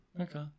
Okay